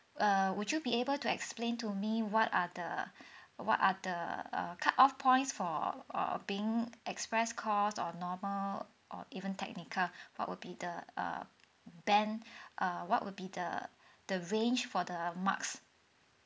err would you be able to explain to me what are the what are the uh cut off points for uh being express course or normal or even technical what would be the uh band uh what would be the the range for the marks